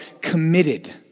committed